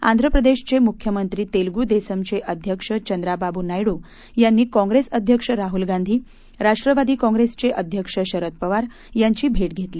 आंध्र प्रदेशाचे मुख्यमंत्री तेलगु देसमचे अध्यक्ष चंद्राबाबु नायडू यांनी काँप्रेस अध्यक्ष राहूल गांधी राष्ट्रवादी काँग्रेसचे अध्यक्ष शरद पवार याचीं भेट घेतली